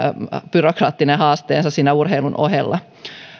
byrokraattinen haasteensa siinä urheilun ohella